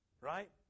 Right